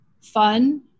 fun